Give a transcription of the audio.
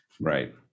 Right